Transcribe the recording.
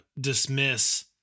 dismiss